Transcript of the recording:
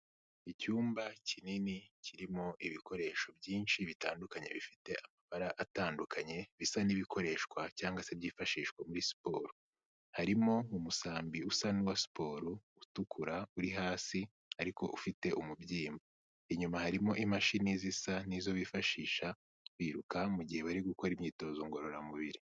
Icyumba kinini kirimo ibikoresho byinshi bitandukanye bifite amabara atandukanye, bisa n'ibikoreshwa cyangwa se byifashishwa muri siporo. Harimo umusambi usa n'uwa siporo utukura, uri hasi ariko ufite umubyimba. Inyuma harimo imashini zisa n'izo bifashisha biruka mu gihe bari gukora imyitozo ngororamubiri.